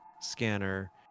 scanner